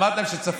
אמרתי להם שצפוף.